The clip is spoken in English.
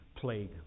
plague